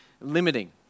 limiting